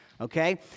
okay